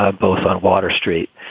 ah both on water street.